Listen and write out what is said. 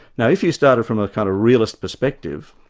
now if you started from a kind of realist perspective,